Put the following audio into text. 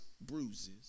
bruises